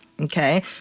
okay